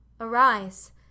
Arise